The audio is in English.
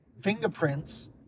fingerprints